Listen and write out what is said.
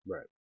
Right